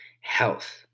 health